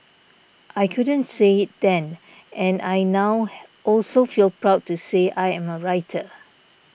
I couldn't say it then and I now also feel proud to say I am a writer